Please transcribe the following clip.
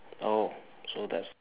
oh so that's